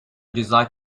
ceza